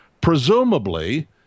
presumably